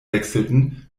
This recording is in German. wechselten